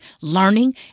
learning